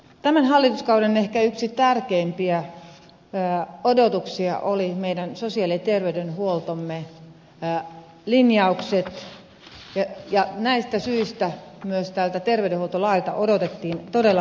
tämän hallituskauden ehkä yksi tärkeimpiä odotuksen kohteita olivat meidän sosiaali ja terveydenhuoltomme linjaukset ja näistä syistä myös tältä terveydenhuoltolailta odotettiin todella paljon